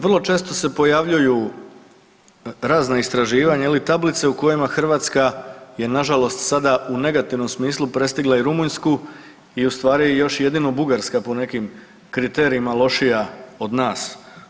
Vrlo često se pojavljuju razna istraživanja, tablice u kojima Hrvatska je na žalost sada u negativnom smislu prestigla i Rumunjsku i ustvari još jedino Bugarska po nekim kriterijima je lošija od nas.